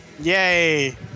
Yay